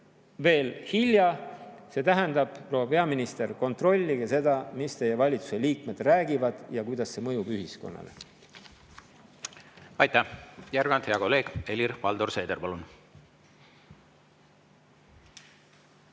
[ei ole]. See tähendab, proua peaminister, kontrollige seda, mida teie valitsuse liikmed räägivad ja kuidas see mõjub ühiskonnale. Aitäh! Järgnevalt hea kolleeg Helir-Valdor Seeder, palun!